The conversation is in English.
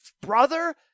brother